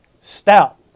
Stout